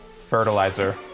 fertilizer